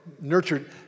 nurtured